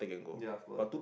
ya of course